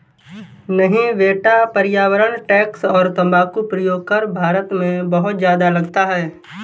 नहीं बेटा पर्यावरण टैक्स और तंबाकू प्रयोग कर भारत में बहुत ज्यादा लगता है